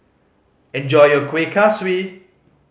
enjoy your Kuih Kaswi